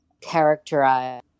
characterize